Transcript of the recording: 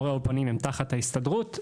מורי האולפנים הם תחת ההסתדרות,